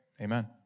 Amen